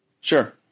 Sure